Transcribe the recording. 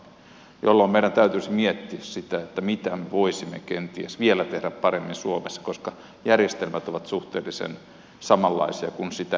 katsotaan laadun mukaan paljon voimakkaammin jolloin meidän täytyisi miettiä sitä mitä me voisimme kenties vielä tehdä paremmin suomessa koska järjestelmät ovat suhteellisen samanlaisia kun niitä hiotaan